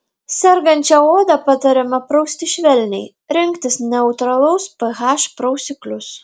sergančią odą patariama prausti švelniai rinktis neutralaus ph prausiklius